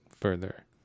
further